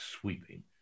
sweeping